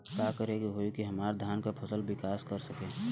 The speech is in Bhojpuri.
का करे होई की हमार धान के फसल विकास कर सके?